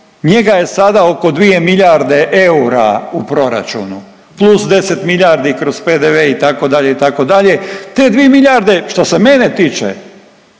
Njega je sada oko 2 miljarde eura u proračunu plus 10 miljardi kroz PDV itd., itd., te 2 miljarde što se mene tiče